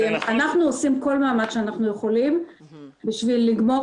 אנחנו עושים כל מאמץ שאנחנו יכולים בשביל לגמור